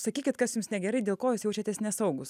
sakykit kas jums negerai dėl ko jūs jaučiatės nesaugūs